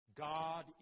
God